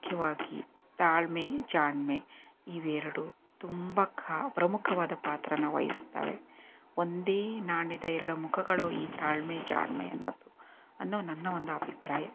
ಮುಖ್ಯವಾಗಿ ತಾಳ್ಮೆ ಜಾಣ್ಮೆ ಇವೆರಡೂ ತುಂಬ ಕ ಪ್ರಮುಖವಾದ ಪಾತ್ರನ ವಹಿಸುತ್ತವೆ ಒಂದೇ ನಾಣ್ಯದ ಎರಡು ಮುಖಗಳು ಈ ತಾಳ್ಮೆ ಜಾಣ್ಮೆ ಅನ್ನೋದು ಅನ್ನೋ ನನ್ನ ಒಂದು ಅಭಿಪ್ರಾಯ